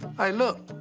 hey, look,